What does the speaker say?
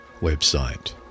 website